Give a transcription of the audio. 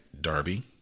Darby